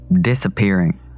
disappearing